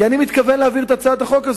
כי אני מתכוון להעביר את הצעת החוק הזאת.